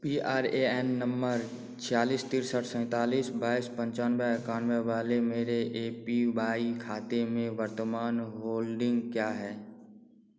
P R A N number चालीस तिरसठ सैंतालीस बाईस पंचानवे इक्यानवे वाले मेरे ए पी वाई खाते में वर्तमान होल्डिंग क्या है